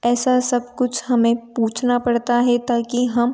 ऐसा सब कुछ हमें पूछना पड़ता है ताकि हम